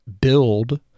build